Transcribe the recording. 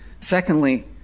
Secondly